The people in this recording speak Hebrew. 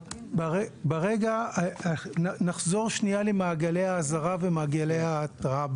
ברגע, נחזור שנייה למעגלי האזהרה ומעגלי ההתראה.